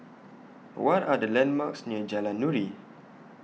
What Are The landmarks near Jalan Nuri